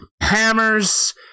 hammers